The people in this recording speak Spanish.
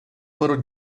fueron